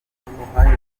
kumenyekanisha